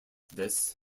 this